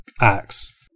acts